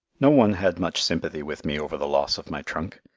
no one had much sympathy with me over the loss of my trunk.